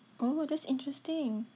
oh that's interesting